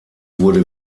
wurde